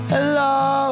Hello